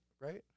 right